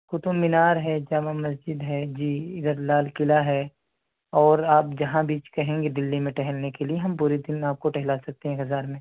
قطب مینار ہے جامع مسجد ہے جی ادھر لال قلعہ اور آپ جہاں بیچ کہیں گے دلی میں ٹہلنے کے لیے ہم پورے دن آپ کو ٹہلا سکتے ہیں ہزار میں